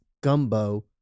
gumbo